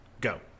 Go